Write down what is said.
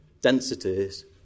densities